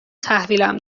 تحویلم